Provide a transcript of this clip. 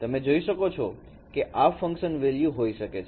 તમે જોઈ શકો છો કે આ ફંકશનલ વેલ્યુ હોઈ શકે છે